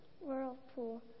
Whirlpool